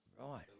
Right